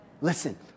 Listen